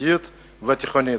היסודית והתיכונית.